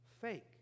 fake